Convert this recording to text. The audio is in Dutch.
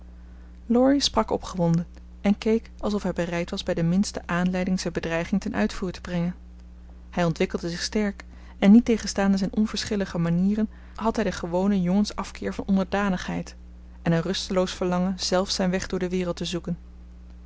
laurie sprak opgewonden en keek alsof hij bereid was bij de minste aanleiding zijn bedreiging ten uitvoer te brengen hij ontwikkelde zich sterk en niettegenstaande zijn onverschillige manieren had hij den gewonen jongensafkeer van onderdanigheid en een rusteloos verlangen zelf zijn weg door de wereld te zoeken